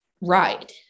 right